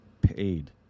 paid